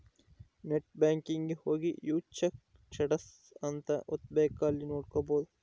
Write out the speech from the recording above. net banking ಹೋಗಿ view check status ಅಂತ ಒತ್ತಬೆಕ್ ಅಲ್ಲಿ ನೋಡ್ಕೊಬಹುದು